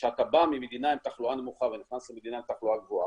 שכשאתה בא ממדינה עם תחלואה נמוכה ונכנס למדינה עם תחלואה גבוהה,